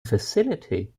facility